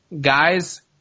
guys